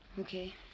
Okay